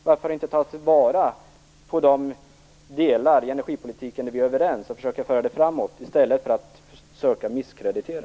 Varför inte ta vara på de delar i energipolitiken där vi är överens och försöka föra den framåt, i stället för att söka misskreditera.